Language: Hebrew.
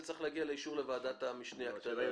זה צריך להגיע לאישור לוועדת המשנה הקטנה.